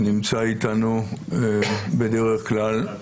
שנמצא איתנו בדרך כלל.